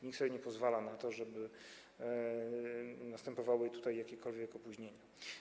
Nikt sobie nie pozwala na to, żeby następowały tutaj jakiekolwiek opóźnienia.